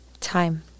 Time